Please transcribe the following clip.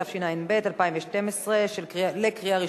התשע"ב 2012,